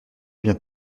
bien